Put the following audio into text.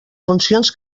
funcions